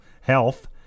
health